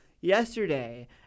yesterday